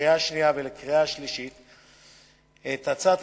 לקריאה שנייה ולקריאה שלישית את הצעת